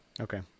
okay